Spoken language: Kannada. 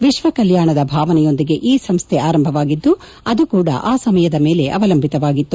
ವಿಶ್ವ ಕಲ್ಯಾಣದ ಭಾವನೆಯೊಂದಿಗೆ ಈ ಸಂಸ್ಥೆ ಆರಂಭವಾಗಿದ್ದು ಅದೂ ಕೂಡ ಆ ಸಮಯದ ಮೇಲೆ ಅವಲಂಬಿತವಾಗಿತ್ತು